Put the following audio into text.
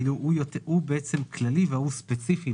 האחד כללי והשני ספציפי.